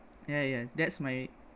yah yah that's my